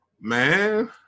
Man